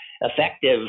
effective